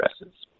addresses